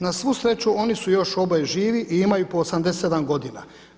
Na svu sreću oni su još oboje živi i imaju po 87 godina.